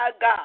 God